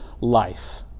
life